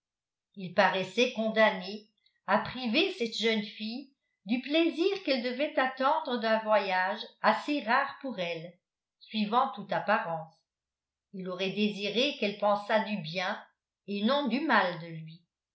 il paraissait condamné à priver cette jeune fille du plaisir qu'elle devait attendre d'un voyage assez rare pour elle suivant toute apparence il aurait désiré qu'elle pensât du bien et non du mal de lui